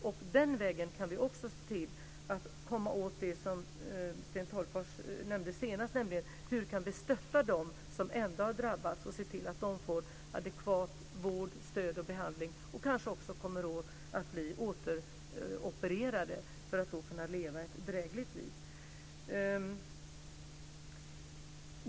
Och den vägen kan vi också se till att komma åt det som Sten Tolgfors nämnde senast, nämligen hur vi kan stötta dem som ändå har drabbats och se till att de får adekvat vård, stöd och behandling och kanske kommer att bli opererade för att kunna leva ett drägligt liv.